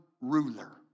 ruler